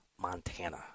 Montana